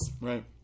right